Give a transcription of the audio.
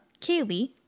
kaylee